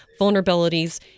vulnerabilities